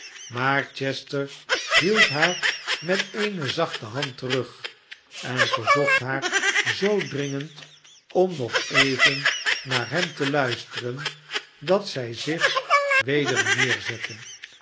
maar chester hield haar met eene zachte hand terug en verzocht haar zoo dringend om nog even naar hem te luisteren dat zij zich weder neerzette